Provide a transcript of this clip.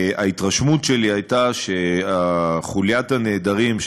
ההתרשמות שלי הייתה שחוליית הנעדרים,